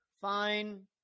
Fine